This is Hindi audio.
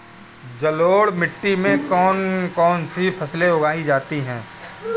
जलोढ़ मिट्टी में कौन कौन सी फसलें उगाई जाती हैं?